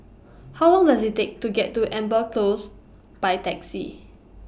How Long Does IT Take to get to Amber Close By Taxi